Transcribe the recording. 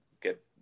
get